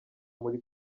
muli